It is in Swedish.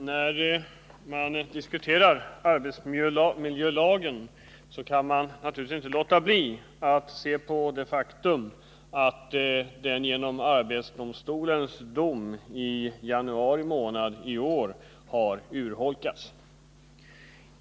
Herr talman! När man diskuterar arbetsmiljölagen kan man naturligtvis inte låta bli att se till det faktum att denna till följd av arbetsdomstolens dom i januari månad i år har urholkats.